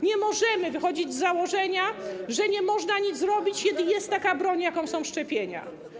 Nie możemy wychodzić z założenia, że nie można nic zrobić, kiedy jest taka broń, jaką są szczepienia.